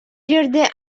жерде